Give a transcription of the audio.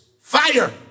fire